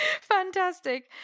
Fantastic